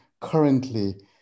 currently